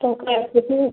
तो